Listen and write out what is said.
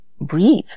breathe